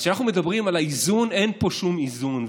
אז כשאנחנו מדברים על האיזון, אין פה שום איזון.